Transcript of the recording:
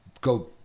Go